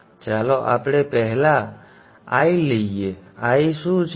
તો ચાલો આપણે પહેલાં I લઈએ I શું છું